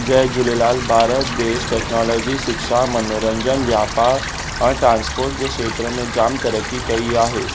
जय झूलेलाल भारत देश टेक्नोलॉजी शिक्षा मनोरंजन व्यापार ऐं ट्रासपोर्ट जो क्षेत्र में जामु तरक़ी कई आहे